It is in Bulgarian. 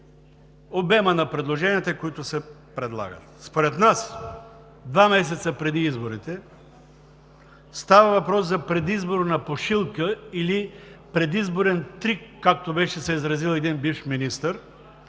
обемът на предложенията, които се предлагат. Според нас два месеца преди изборите става въпрос за предизборна пушилка или предизборен трик, както се беше изразил един бивш министър